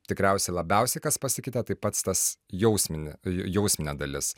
tikriausiai labiausiai kas pasikeitė tai pats tas jausminis jausminė dalis